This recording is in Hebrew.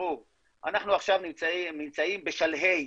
אנחנו נמצאים עכשיו בשלהי,